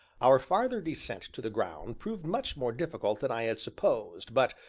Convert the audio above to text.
our farther descent to the ground proved much more difficult than i had supposed, but,